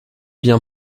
bien